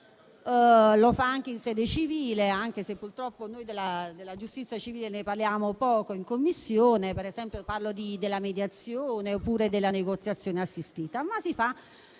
Lo fa anche in sede civile, anche se purtroppo noi della giustizia civile ne parliamo poco in Commissione - parlo, ad esempio, della mediazione, oppure della negoziazione assistita